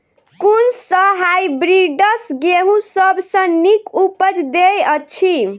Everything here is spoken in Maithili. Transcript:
कुन सँ हायब्रिडस गेंहूँ सब सँ नीक उपज देय अछि?